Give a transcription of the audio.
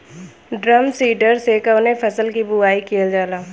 Drum seeder से कवने फसल कि बुआई कयील जाला?